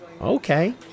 Okay